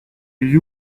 gli